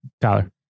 Tyler